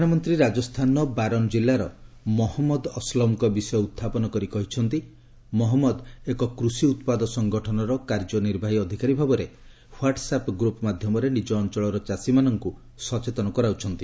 ପ୍ରଧାନମନ୍ତ୍ରୀ ରାଜସ୍ଥାନର ବାରନ୍ କିଲ୍ଲାର ମହଞ୍ଜଦ ଅସଲମ୍ଙ୍କ ବିଷୟ ଉତ୍ଥାପନ କରି କହିଛନ୍ତି ମହମ୍ମଦ ଏକ କୃଷି ଉତ୍ପାଦ ସଙ୍ଗଠନର କାର୍ଯ୍ୟନିର୍ବାହୀ ଅଧିକାରୀ ଭାବରେ ହ୍ୱାଟ୍ସ୍ଆପ୍ ଗ୍ରପ୍ ମାଧ୍ୟମରେ ନିଜ ଅଞ୍ଚଳର ଚାଷୀମାନଙ୍କୁ ସଚେତନ କରାଉଛନ୍ତି